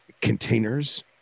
containers